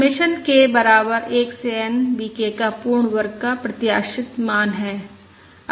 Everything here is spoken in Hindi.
समेशन k बराबर 1 से N V k का पूर्ण वर्ग का प्रत्याशित मान है